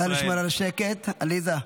נא לשמור על השקט, עליזה.